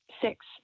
six